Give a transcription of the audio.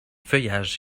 feuillages